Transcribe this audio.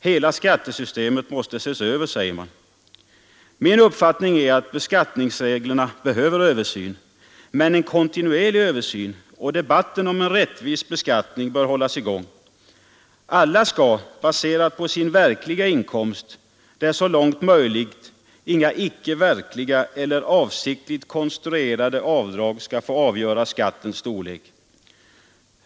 Hela skattesystemet måste ses över, säger man. Min uppfattning är att beskattningsreglerna behöver översyn, men en kontinuerlig översyn, och debatten om en rättvis beskattning bör hållas i gång. Alla skall betala skatt baserad på sin verkliga inkomst — så långt möjligt skall inga icke verkliga eller avsiktligt konstruerade avdrag få avgöra skattens storlek.